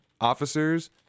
officers